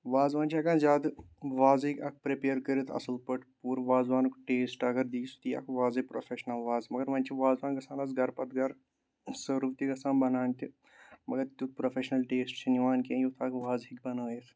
وازوان چھِ ہٮ۪کان زیادٕ وازٕ ہیٚکۍ اَکھ پرٛٮ۪پِیر کٔرِتھ اَصٕل پٲٹھۍ پوٗرٕ وازوانُک ٹیسٹ اگر دِیہِ سُہ دِی اَکھ وازٕکۍ پرٛوفیشنَل وازٕ مگر وَنۍ چھِ وازوان گژھان اَز گَرٕ پَتہٕ گَرٕ سٔرٕو تہِ گژھان بَنان تہِ مگر تیُتھ پرٛوفیشنَل ٹیسٹ چھِ نِوان کینٛہہ یُتھ اَکھ وازٕ ہیٚکہِ بَنٲیِتھ